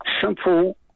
simple